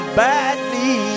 badly